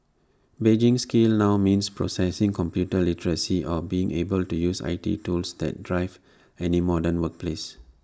being skilled now means possessing computer literacy or being able to use I T tools that drive any modern workplace